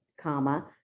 comma